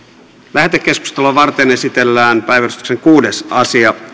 lähetekeskustelua varten esitellään päiväjärjestyksen kuudes asia